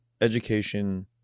education